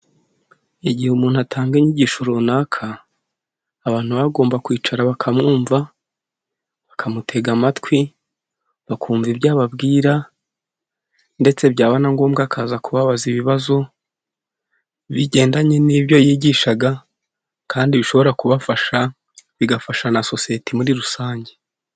Igihe umuntu atanga inyigisho runaka, abantu baba bagomba kwicara bakamwumva, bakamutega amatwi, bakumva ibyo ababwira ndetse byaba na ngombwa akaza kubabaza ibibazo, bigendanye n'ibyo yigishaga kandi bishobora kubafasha, bigafasha na sosiyete muri rusange.